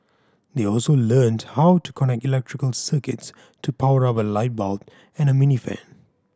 they also learnt how to connect electrical circuits to power up a light bulb and a mini fan